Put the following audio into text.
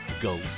Go